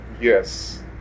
yes